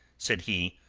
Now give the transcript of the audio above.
said he,